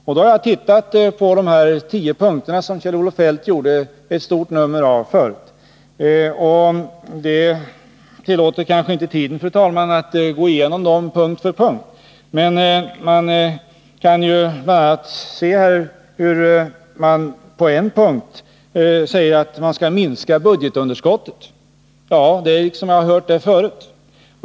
Jag har tittat på de tio punkter som Kjell-Olof Feldt gjorde ett stort nummer av; tiden tillåter kanske inte, fru talman, att jag går igenom dem punkt för punkt. På en punkt säger man att budgetunderskottet skall minskas. Ja, det är som om jag hade hört det förut.